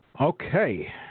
Okay